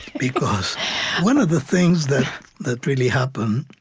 because one of the things that that really happens,